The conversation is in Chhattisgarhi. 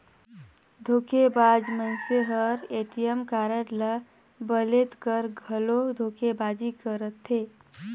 धोखेबाज मइनसे हर ए.टी.एम कारड ल बलेद कर घलो धोखेबाजी करथे